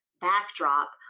backdrop